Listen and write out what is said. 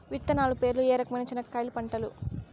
విత్తనాలు పేర్లు ఏ రకమైన చెనక్కాయలు పంటలు?